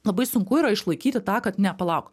labai sunku yra išlaikyti tą kad ne palauk